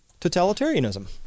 totalitarianism